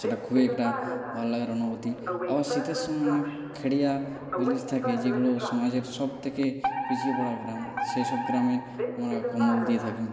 সেটা খুবই একটা ভালো লাগার অনুভূতি আবার শীতের সময় অনেক খেরিয়া জিনিস থাকে যেগুলো সমাজের সবথেকে পিছিয়ে পড়া গ্রাম সেই সব গ্রামে আমরা কম্বল দিয়ে থাকি